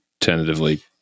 tentatively